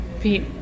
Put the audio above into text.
Pete